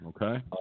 Okay